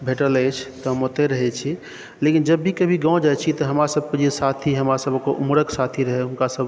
भेटल अछि तऽ हम ओतहि रहै छी लेकिन जब भी कभी गाम जाइ छी तऽ हमरा सबके जे साथी हमरा सबके उमरके साथी रहल हुनकासब